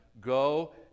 Go